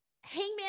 hangman